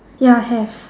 ya have